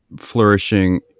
flourishing